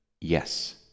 Yes